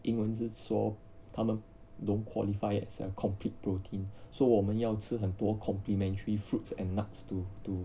英文是说他们 don't qualify as a complete protein so 我们要吃很多 complimentary fruits and nuts to to